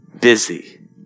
busy